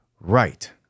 right